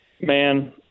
Man